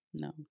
No